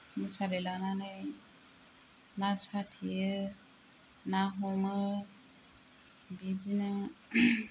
मुसारि लानानै ना साथेयो ना हमो बिदिनो